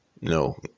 No